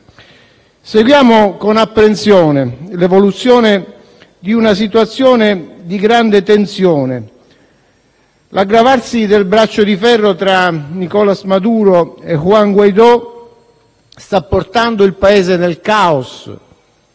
Seguiamo con apprensione l'evoluzione di una situazione di grande tensione: l'aggravarsi del braccio di ferro tra Nicolás Maduro e Juan Guaidó sta portando il Paese nel caos,